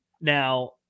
Now